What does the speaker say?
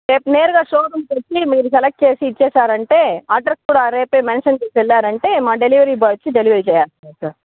రేపు నేరుగా వచ్చి వేరే సెలెక్ట్ చేసి ఇచ్చేసారంటే అడ్రస్ కూడా రేపే మెన్షన్ చేసి వెళ్ళారంటే మా డెలివరీ బాయ్ వచ్చి డెలివరీ చేసేస్తారు సార్